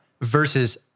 Versus